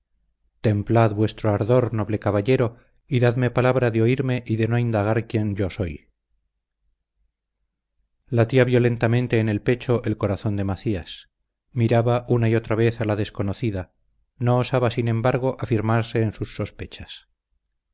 templad vuestro ardor noble caballero y dadme palabra de oírme y de no indagar quién yo soy latía violentamente en el pecho el corazón de macías miraba una y otra vez a la desconocida no osaba sin embargo afirmarse en sus sospechas